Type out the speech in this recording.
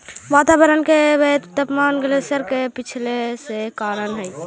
वातावरण के बढ़ित तापमान ग्लेशियर के पिघले के कारण हई